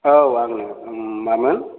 औ आंनो मामोन